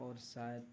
اور شاید